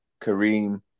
Kareem